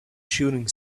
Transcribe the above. shooting